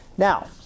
Now